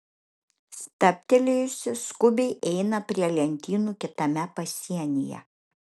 stabtelėjusi skubiai eina prie lentynų kitame pasienyje